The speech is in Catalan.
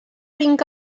vinc